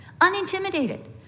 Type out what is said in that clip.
Unintimidated